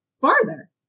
farther